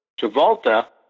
Travolta